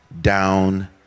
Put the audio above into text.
down